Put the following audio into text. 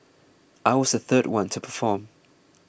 I was the third one to perform